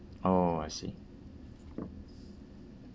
oh I see